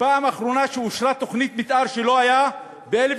שבפעם האחרונה אושרה תוכנית מתאר שלו ב-1997,